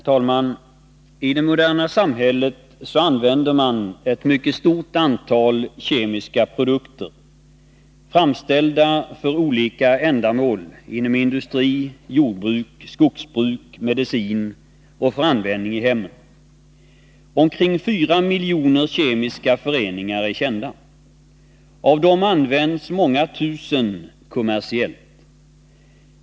Herr talman! I det moderna samhället använder man ett stort antal kemiska produkter, framställda för olika ändamål inom industrin, jordbruket, skogsbruket och medicinen liksom för användning i hemmen. Omkring 4 miljoner kemiska föreningar är kända. Av dem används många tusen kommersiellt.